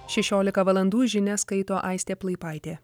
šešiolika valandų žinias skaito aistė plaipaitė